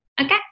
Okay